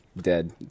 dead